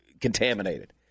contaminated